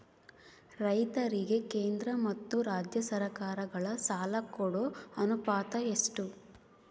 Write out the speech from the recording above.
ರೈತರಿಗೆ ಕೇಂದ್ರ ಮತ್ತು ರಾಜ್ಯ ಸರಕಾರಗಳ ಸಾಲ ಕೊಡೋ ಅನುಪಾತ ಎಷ್ಟು?